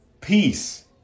peace